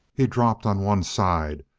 he dropped on one side,